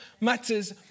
matters